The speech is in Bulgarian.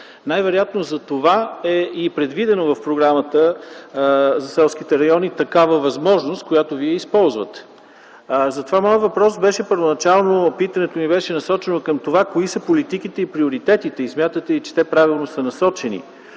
Най-вероятно за това е предвидена в Програмата за селските райони такава възможност, каквато Вие използвате. Затова първоначално питането ми беше насочено към това кои са политиките и приоритетите и смятате ли, че те правилно са насочени.